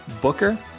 Booker